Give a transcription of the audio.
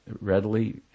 readily